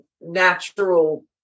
natural